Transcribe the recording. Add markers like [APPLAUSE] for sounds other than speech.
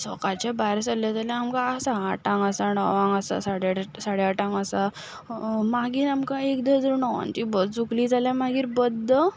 सकाळचें भायर सरलें जाल्यार आमकां आसा आठांक आसा णवांक आसा साडे [UNINTELLIGIBLE] आठांक आसा मागीर आमकां एक धर तूं णवांची बस चुकली जाल्यार मागीर बद्द